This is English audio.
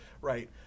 right